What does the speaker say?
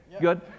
Good